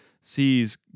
sees